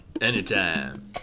Anytime